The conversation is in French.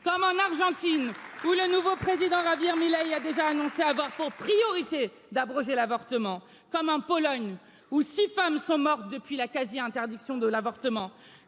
comme en argentine où le nouveau président ravier mile a déjà annoncé avoir pour priorité d'abroger l'avortement comme en pologne où six femmes sont mortes la quasi interdiction de l'avortement